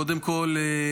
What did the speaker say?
קודם כול,